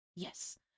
Yes